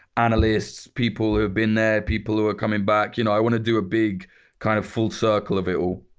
analysts, people who have been there, people who are coming back. you know i want to do a big kind of full circle of it all.